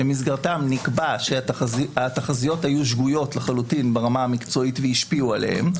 במסגרתם נקבע שהתחזיות היו שגויות לחלוטין ברמה המקצועית והשפיעו עליהן,